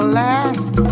last